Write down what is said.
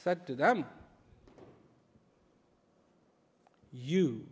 said to them you